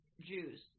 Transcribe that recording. Jews